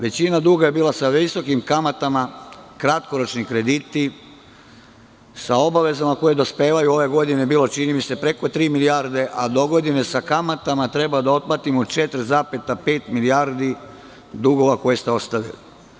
Većina duga je bila sa visokim kamatama, kratkoročni krediti, sa obavezama koje dospevaju preko tri milijarde, a dogodine sa kamatama treba da otplatimo 4,5 milijardi dugova koje ste ostavili.